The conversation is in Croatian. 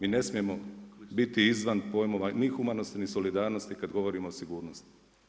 I ne smijemo biti izvan pojmova ni humanosti ni solidarnosti ada govorimo o sigurnosti.